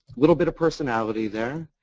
little bit of personalty there.